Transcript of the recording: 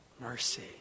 mercy